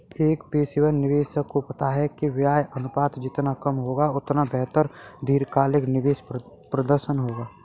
एक पेशेवर निवेशक को पता है कि व्यय अनुपात जितना कम होगा, उतना बेहतर दीर्घकालिक निवेश प्रदर्शन होगा